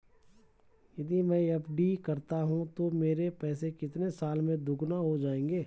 यदि मैं एफ.डी करता हूँ तो मेरे पैसे कितने साल में दोगुना हो जाएँगे?